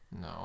no